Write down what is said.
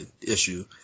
issue